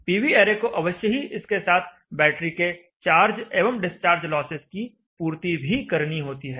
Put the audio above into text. PV array को अवश्य ही इसके साथ बैटरी के चार्ज एवं डिस्चार्ज लॉसेस की पूर्ति भी करनी होती है